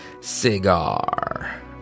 Cigar